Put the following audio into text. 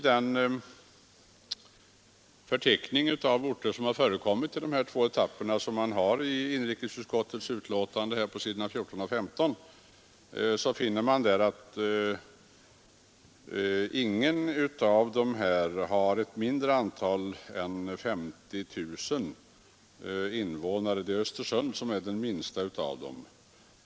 Av förteckningen över orter som kommit i fråga i de två etapperna på s. 14 och 15 i inrikesutskottets betänkande framgår att ingen av dessa orter har mindre än 50 000 invånare. Östersund är den minsta orten.